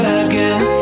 again